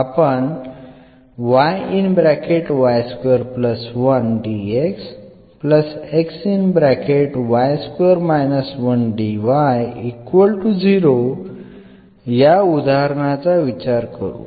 आपण या उदाहरणाचा विचार करू